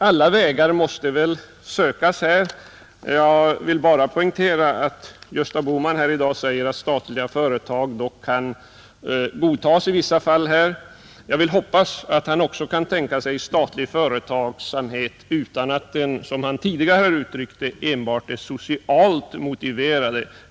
Alla vägar måste prövas, Jag vill bara poängtera att Gösta Bohman i dag säger att statliga företag kan godtas i vissa fall. Jag hoppas att han också kan tänka sig statlig företagsamhet utan att den, som han tidigare uttryckt det, enbart är socialt motiverad.